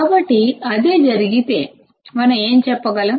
కాబట్టి అదే జరిగితే మనం ఏమి చెప్పగలం